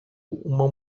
uma